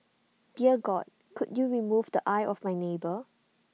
dear God could you remove the eye of my neighbour